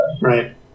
Right